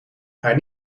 haar